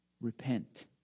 Repent